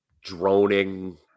droning